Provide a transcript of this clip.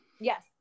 Yes